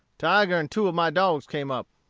tiger and two of my dogs came up.